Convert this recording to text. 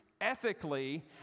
ethically